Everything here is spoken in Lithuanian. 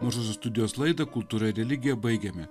mūsų studijos laidą kultūra ir religija baigiame